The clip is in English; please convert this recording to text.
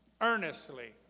earnestly